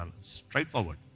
Straightforward